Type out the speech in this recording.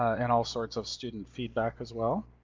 and all sorts of student feedback as well.